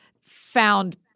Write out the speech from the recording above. found